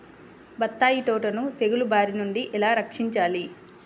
బత్తాయి తోటను తెగులు బారి నుండి ఎలా రక్షించాలి?